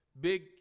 big